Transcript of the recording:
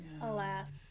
Alas